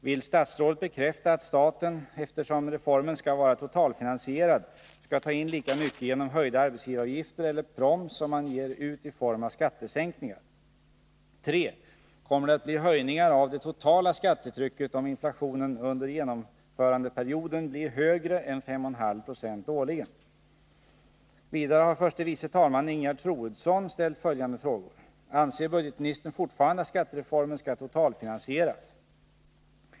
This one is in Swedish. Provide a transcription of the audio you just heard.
Vill statsrådet bekräfta att staten, eftersom reformen skall vara totalfinansierad, skall ta in lika mycket genom höjda arbetsgivaravgifter eller proms som man ger ut i form av skattesänkningar? 3. Kommer det att bli höjningar av det totala skattetrycket om inflationen under genomförandeperioden blir högre än 5,5 90 årligen? Vidare har förste vice talmannen Ingegerd Troedsson ställt följande frågor. 1. Anser budgetministern fortfarande att skattereformen skall totalfinansieras? 2.